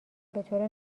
بطور